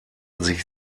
sich